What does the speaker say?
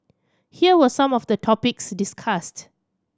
here were some of the topics discussed